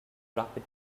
rapid